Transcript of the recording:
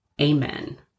Amen